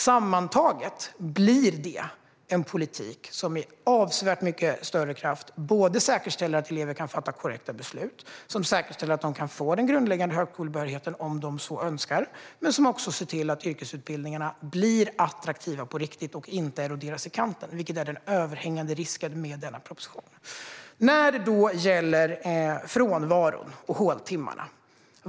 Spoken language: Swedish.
Sammantaget blir det en politik som med avsevärt större kraft säkerställer både att elever kan fatta korrekta beslut och att de kan få den grundläggande högskolebehörigheten om de så önskar samt ser till att yrkesutbildningarna blir attraktiva på riktigt och inte eroderas i kanten, något som är en överhängande risk med denna proposition. Så har vi frågan om frånvaron och håltimmarna.